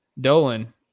dolan